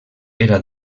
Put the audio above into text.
era